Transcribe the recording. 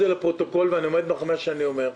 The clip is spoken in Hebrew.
זה לפרוטוקול ואני עומד מאחורי מה שאני אומר.